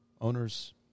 owners